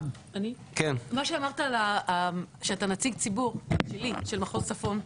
מה שאמרת על שאתה נציג ציבור שלי של מחוז צפון,